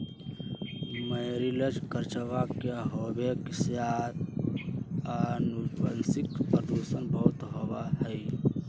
मैरीकल्चरवा के होवे से आनुवंशिक प्रदूषण बहुत होबा हई